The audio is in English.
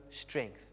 strength